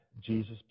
Jesus